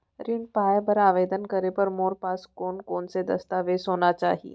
ऋण पाय बर आवेदन करे बर मोर पास कोन कोन से दस्तावेज होना चाही?